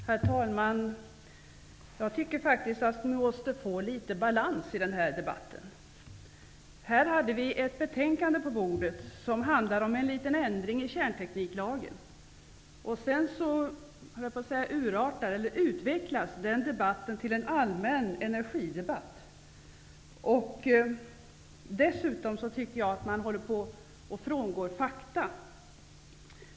Herr talman! Jag tycker att vi måste få litet balans i den här debatten. Vi har på bordet ett betänkande som handlar om en liten ändring i kärntekniklagen. Men debatten har utvecklats till en allmän energidebatt. Man håller dessutom på att frångå fakta.